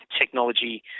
technology